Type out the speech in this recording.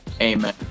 amen